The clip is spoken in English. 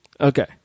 Okay